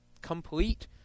complete